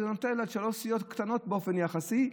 זה נופל על שלוש סיעות קטנות באופן יחסי,